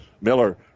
Miller